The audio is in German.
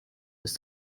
ist